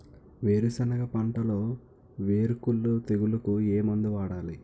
వేరుసెనగ పంటలో వేరుకుళ్ళు తెగులుకు ఏ మందు వాడాలి?